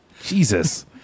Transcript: Jesus